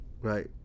right